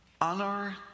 honor